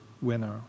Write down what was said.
winner